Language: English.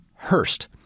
Hurst